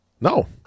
No